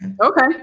okay